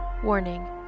Warning